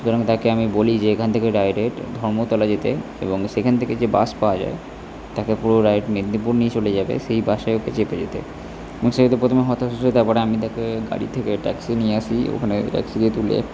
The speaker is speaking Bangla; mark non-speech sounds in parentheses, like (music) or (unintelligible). সুতরাং তাকে আমি বলি যে এখান থেকে ডায়রেক্ট ধর্মতলা যেতে এবং সেখান থেকে যে বাস পাওয়া যায় তাকে পুরো রাইট মেদিনীপুর নিয়ে চলে যাবে সেই বাসে ওকে চেপে যেতে এবং সে (unintelligible) প্রথমে হতাশ হয় তারপরে আমি তাকে গাড়ি থেকে ট্যাক্সি নিয়ে আসি ওখানে ট্যাক্সিতে তুলে